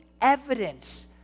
evidence